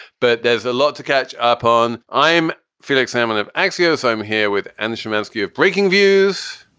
but there's a lot to catch up on. i'm felix salmon of axios. i'm here with and the shymansky of breakingviews.